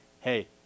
hey